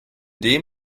dem